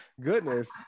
Goodness